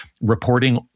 reporting